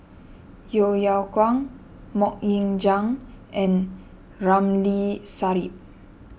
Yeo Yeow Kwang Mok Ying Jang and Ramli Sarip